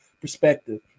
perspective